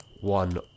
One